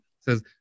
says